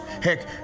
Heck